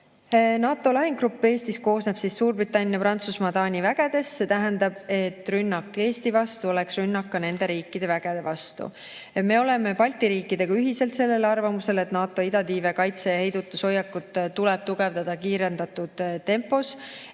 NATO lahingugrupp Eestis koosneb Suurbritannia, Prantsusmaa ja Taani üksustest, see tähendab, et rünnak Eesti vastu oleks rünnak ka nende riikide vägede vastu. Me oleme Balti riikidega ühiselt sellel arvamusel, et NATO idatiiva kaitse‑ ja heidutushoiakut tuleb tugevdada kiirendatud tempos,